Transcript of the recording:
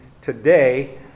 today